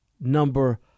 number